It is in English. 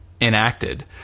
enacted